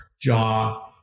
Jaw